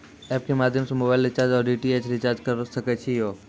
App के माध्यम से मोबाइल रिचार्ज ओर डी.टी.एच रिचार्ज करऽ सके छी यो?